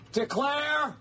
declare